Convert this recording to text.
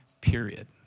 period